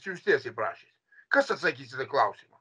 jus tiesiai prašė kas atsakys į tą klausimą